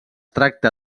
tracta